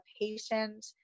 patient